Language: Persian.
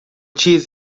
چیز